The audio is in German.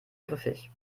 griffig